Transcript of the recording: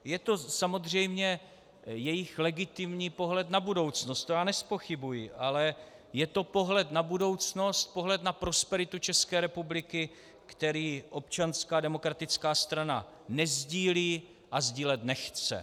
Je to samozřejmě jejich legitimní pohled na budoucnost, to já nezpochybňuji, ale je to pohled na budoucnost, na prosperitu České republiky, který Občanská demokratická strana nesdílí a sdílet nechce.